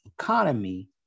economy